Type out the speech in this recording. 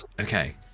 Okay